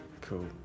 Cool